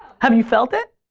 have you felt it?